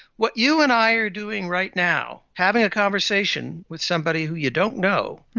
what you and i are doing right now, having a conversation with somebody who you don't know,